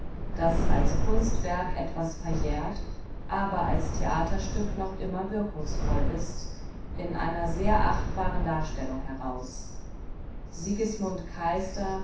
das als kunstwerk etwas verjährt aber als theaterstück noch immer wirkungsvoll ist in einer sehr achtbaren darstellung heraus sigismimd keister